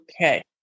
okay